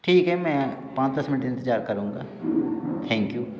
ठीक है मे पाँच दस मिनट इंतज़ार करूँगा थैंक यू